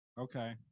Okay